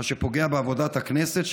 מה שפוגע בעבודת הכנסת,